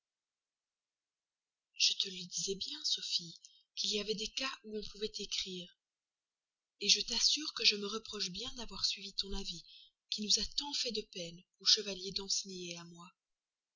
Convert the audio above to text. je te le disais bien sophie qu'il y avait des cas où on pouvait écrire je t'assure que je me reproche bien d'avoir suivi ton avis qui nous a tant fait de peine au chevalier danceny à moi